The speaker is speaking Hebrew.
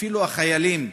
אפילו החיילים,